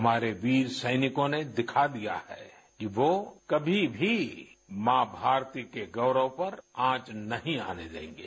हमारे वीर सैनिकों ने दिखा दिया है कि वो कभी भी मां भारती के गौरव पर आँच नहीं आने देंगे